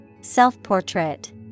Self-portrait